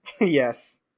Yes